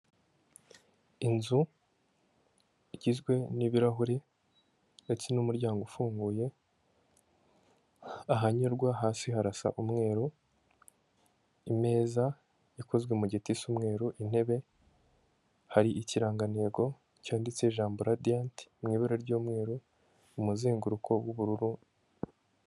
Inzu igizwe n'ibirahuri ndetse n'umuryango ufunguye, ahanyurwa hasi harasa umweru, imeza ikozwe mu giti isa umweru, intebe, hari ikirangantego cyanditse ijambo Radiyanti mu ibara ry'umweru umuzenguruko w'ubururu.